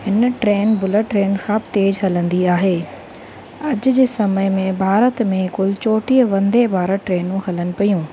हिन train bullet train खां बि तेज़ हलंदी आहे अॼु जे समय में भारत में कुलु चोटीह वंदे भारत ट्रेनूं हलनि पियूं